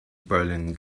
berlin